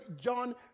John